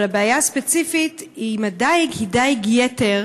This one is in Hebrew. אבל הבעיה הספציפית עם הדיג היא דיג יתר